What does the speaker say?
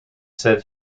said